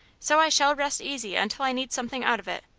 so i shall rest easy until i need something out of it,